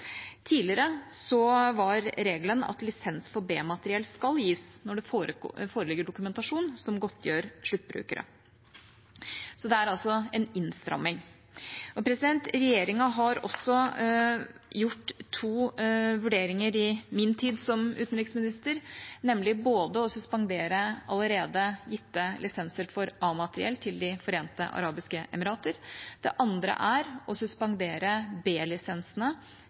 Tidligere var regelen at lisens for B-materiell skal gis når det foreligger dokumentasjon som godtgjør sluttbrukere. Så det er altså en innstramming. Regjeringa har også gjort to vurderinger i min tid som utenriksminister, nemlig å suspendere allerede gitte lisenser for A-materiell til De forente arabiske emirater, og det andre er å